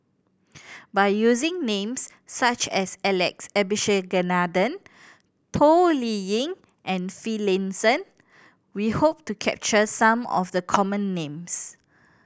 by using names such as Alex Abisheganaden Toh Liying and Finlayson we hope to capture some of the common names